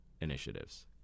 initiatives